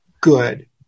good